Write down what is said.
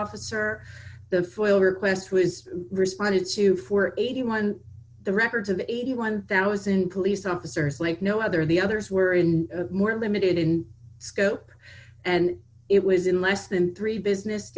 officer the foyle request was responded to for eighty one the records of eighty one thousand police officers like no other the others were in a more limited in scope and it was in less than three business